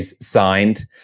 signed